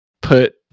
put